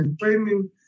training